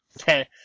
Okay